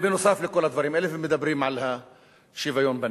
נוסף על כל הדברים האלה, ומדברים על השוויון בנטל.